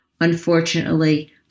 unfortunately